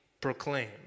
Proclaim